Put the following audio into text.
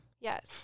yes